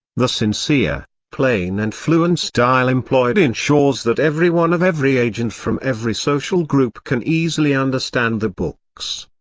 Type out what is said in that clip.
the sincere, plain and fluent style employed ensures that everyone of every age and from every social group can easily understand the books.